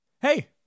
Hey